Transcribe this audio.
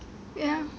ya